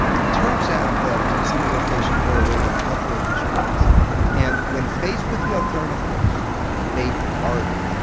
it turns out that some of those patients were already on a couple of these drugs and when faced with the alternatives they bargained.